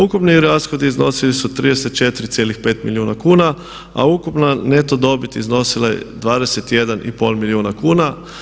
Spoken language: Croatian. Ukupni rashodi iznosili su 34,5 milijuna kuna, a ukupna neto dobit iznosila je 21 i pol milijuna kuna.